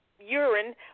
urine